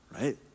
right